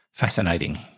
Fascinating